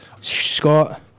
Scott